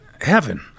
heaven